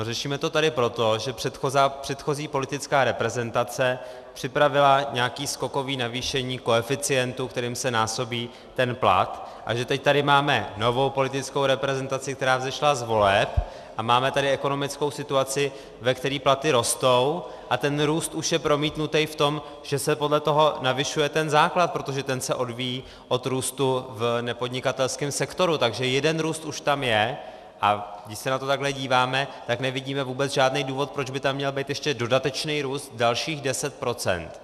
Řešíme to tady proto, že předchozí politická reprezentace připravila nějaké skokové navýšení koeficientu, kterým se násobí ten plat, takže teď tady máme novou politickou reprezentaci, která vzešla z voleb, a máme tady ekonomickou situaci, ve které platy rostou, a ten růst už je promítnutý v tom, že se podle toho navyšuje ten základ, protože ten se odvíjí od růstu v nepodnikatelském sektoru, takže jeden růst už tam je, a když se na to takhle díváme, tak nevidíme vůbec žádný důvod, proč by tam měl být ještě dodatečný růst dalších 10 %.